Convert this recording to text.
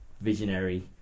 visionary